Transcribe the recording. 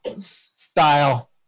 style